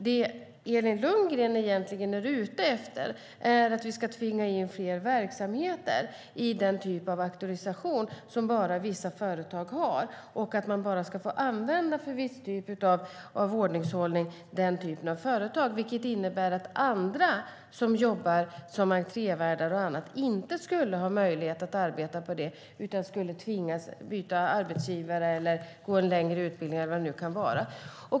Det Elin Lundgren egentligen är ute efter är att vi ska tvinga in fler verksamheter i den typ av auktorisation som bara vissa företag har och att man bara ska få använda den typen av företag för viss typ av ordningshållning, vilket innebär att andra som jobbar som entrévärdar och annat inte skulle ha möjlighet att arbeta som det utan skulle tvingas byta arbetsgivare eller gå en längre utbildning eller vad det nu kan vara.